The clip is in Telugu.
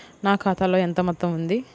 నా ఖాతాలో ఎంత మొత్తం ఉంది?